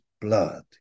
blood